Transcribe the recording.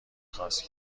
خواست